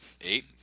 Eight